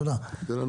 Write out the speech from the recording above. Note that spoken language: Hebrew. תודה.